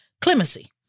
clemency